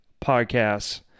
podcasts